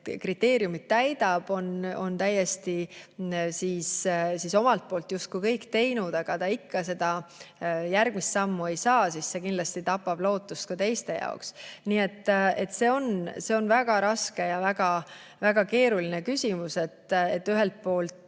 kriteeriumid täidab, on omalt poolt justkui kõik teinud, aga ta ikka seda järgmist sammu ei saa astuda, siis see kindlasti tapab lootust ka teiste jaoks. Nii et see on väga raske ja väga keeruline küsimus. Ühelt poolt